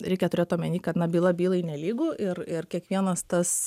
reikia turėt omeny kad na byla bylai nelygu ir ir kiekvienas tas